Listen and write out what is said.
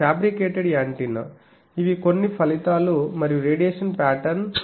ఇది fabricated antenna ఇవి కొన్ని ఫలితాలు మరియు రేడియేషన్ పాటర్న్